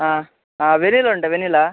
ಹಾಂ ಹಾಂ ವೆನಿಲ ಉಂಟ ವೆನಿಲ